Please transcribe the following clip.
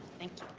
thank you.